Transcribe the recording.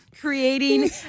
creating